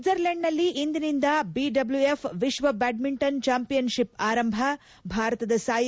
ಸ್ವಿಜರ್ಲೆಂಡ್ನಲ್ಲಿ ಇಂದಿನಿಂದ ಬಿಡಬ್ಲ್ಯುವಿಫ್ ವಿಶ್ವ badminton championship ಆರಂಭ ಭಾರತದ ಸಾಯಿ